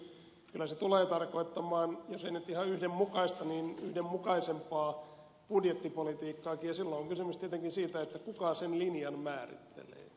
kyllä se tulee tarkoittamaan jos ei nyt ihan yhdenmukaista niin yhdenmukaisempaa budjettipolitiikkaakin ja silloin on tietenkin kysymys siitä kuka sen linjan määrittelee